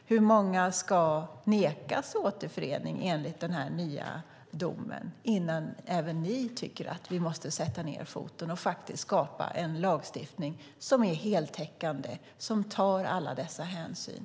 Hur många ska nekas återförening enligt den här nya domen innan även ni tycker att vi måste sätta ned foten och skapa en lagstiftning som är heltäckande och tar alla dessa hänsyn?